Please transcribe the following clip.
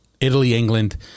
Italy-England